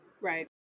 Right